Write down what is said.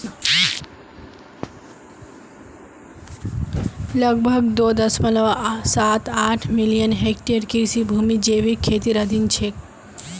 लगभग दो दश्मलव साथ आठ मिलियन हेक्टेयर कृषि भूमि जैविक खेतीर अधीन छेक